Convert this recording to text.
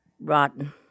Rotten